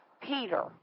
Peter